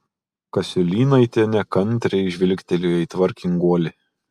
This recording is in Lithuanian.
kasiulynaitė nekantriai žvilgtelėjo į tvarkinguolį